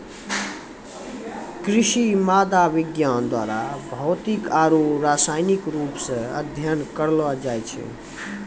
कृषि मृदा विज्ञान द्वारा भौतिक आरु रसायनिक रुप से अध्ययन करलो जाय छै